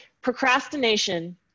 procrastination